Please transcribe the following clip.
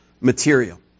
material